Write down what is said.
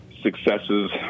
successes